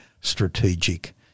strategic